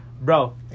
Bro